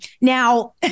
Now